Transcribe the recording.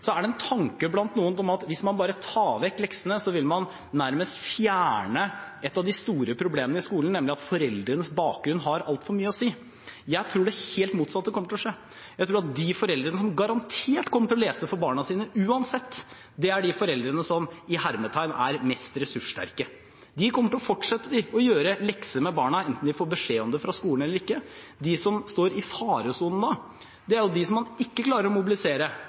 Så er det en tanke blant noen om at hvis man bare tar vekk leksene, vil man nærmest fjerne et av de store problemene i skolen, nemlig at foreldrenes bakgrunn har altfor mye å si. Jeg tror det helt motsatte kommer til å skje. Jeg tror at de foreldrene som garantert kommer til å lese for barna sine uansett, det er de foreldrene som er «mest ressurssterke». De kommer til å fortsette å gjøre lekser med barna enten de får beskjed om det fra skolen eller ikke. De som står i faresonen da, er de som man ikke klarer å mobilisere